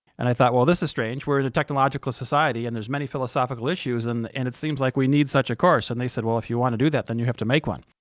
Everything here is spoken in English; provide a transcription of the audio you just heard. and i thought, well, this is strange we're in a technological society and there's many philosophical issues, and and it seems like we need such a course. and they said, well, if you want to do that, then you have to make one.